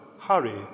hurry